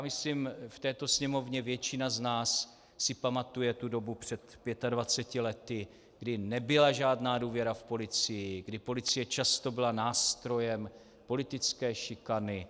Myslím, v této Sněmovně většina z nás si pamatuje dobu před 25 lety, kdy nebyla žádná důvěra v policii, kdy policie často byla nástrojem politické šikany.